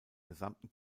gesamten